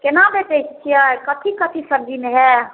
केना बेचै छियै कथी कथी सब्जीमे हइ